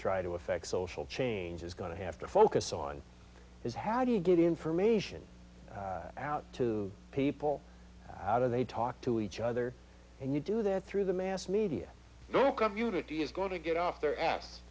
try to effect social change is going to have to focus on is how do you get information out to people out of they talk to each other and you do that through the mass media the community is going to get off their ass